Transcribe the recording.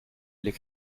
les